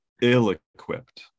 ill-equipped